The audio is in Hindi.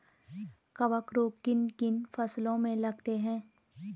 कवक रोग किन किन फसलों में लगते हैं?